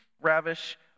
ravish